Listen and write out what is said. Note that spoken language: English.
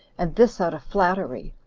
and this out of flattery,